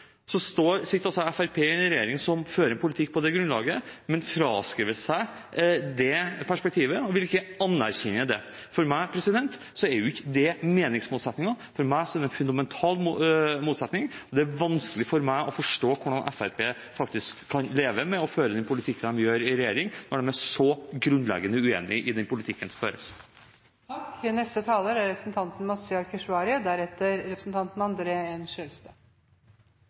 sitter i en regjering som fører en politikk på det grunnlaget, men de anerkjenner ikke det perspektivet. Det er for meg ikke meningsmotsetninger. For meg er det en fundamental motsetning. Det er vanskelig for meg å forstå hvordan Fremskrittspartiet faktisk kan leve med å føre den politikken som de gjør i regjering, når de er så grunnleggende uenig i den politikken som føres. Det er til dels en underlig debatt å være vitne til. Å ivareta samisk kultur, språk og identitet er